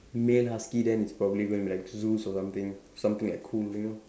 male husky then it's probably going to be like Zeus or something something like cool you know